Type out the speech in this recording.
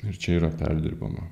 ir čia yra perdirbama